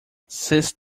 since